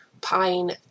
pine